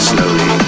Slowly